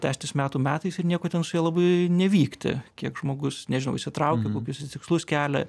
tęstis metų metais ir nieko ten su ja labai nevykti kiek žmogus nežinau įsitraukia kokius jis tikslus kelia